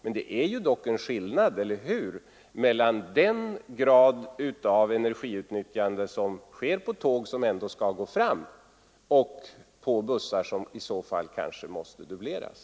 Men det är dock en skillnad — eller hur? — mellan den grad av energiutnyttjande som det är fråga om på tåg som ändå skall gå, och på bussar som i så fall kanske måste dubbleras.